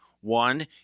One